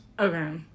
okay